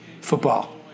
football